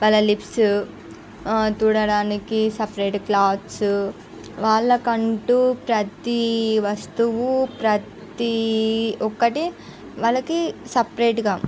వాళ్ళ లిప్స్ తుడవడానికి separate cloths వాళ్ళకంటూ ప్రతి వస్తువు ప్రతి ఒక్కటి వాళ్లకి సపరేట్గా